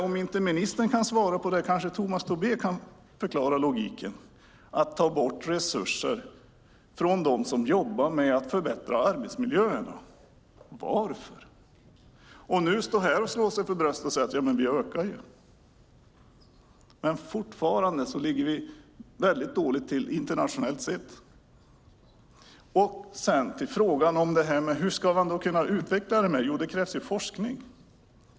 Om inte ministern kan svara kanske Tomas Tobé kan förklara logiken i att ta bort resurser från dem som jobbar med att förbättra arbetsmiljöerna. Varför? Nu står arbetsmarknadsministern här och slår sig för bröstet och säger: Vi ökar ju resurserna. Vi ligger fortfarande dåligt till internationellt sett. Hur ska man kunna utveckla detta? Jo, det krävs forskning.